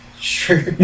Sure